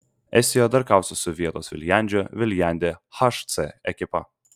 estijoje dar kausis su vietos viljandžio viljandi hc ekipa